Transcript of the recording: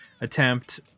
attempt